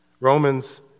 Romans